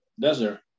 desert